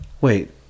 wait